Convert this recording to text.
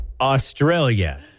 Australia